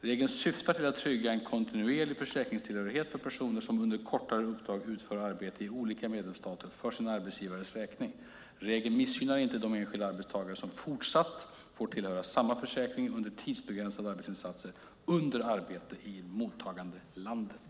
Regeln syftar till att trygga en kontinuerlig försäkringstillhörighet för personer som under kortare uppdrag utför arbete i olika medlemsstater för sin arbetsgivares räkning. Regeln missgynnar inte de enskilda arbetstagare som fortsatt får tillhöra samma försäkring under tidsbegränsade arbetsinsatser under arbete i det mottagande landet.